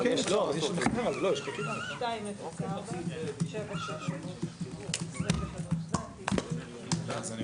בשעה 14:17.